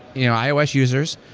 you know ios users.